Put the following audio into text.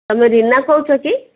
ତମେ ରିନା କହୁଛ କି